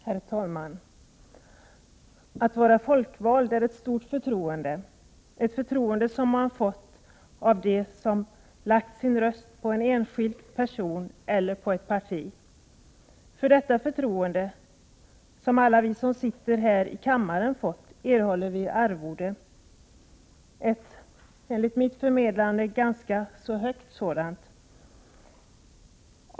Herr talman! Att vara folkvald är ett stort förtroende — ett förtroende som man fått av dem som lagt sin röst på en enskild person eller på ett parti. För detta förtroende, som alla vi som sitter här i kammaren har fått, erhåller vi arvode — ett enligt mitt förmenande ganska högt sådant.